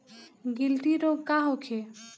गिल्टी रोग का होखे?